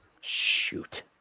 Shoot